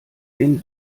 den